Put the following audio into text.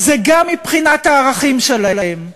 זה גם מבחינת הערכים שלהם.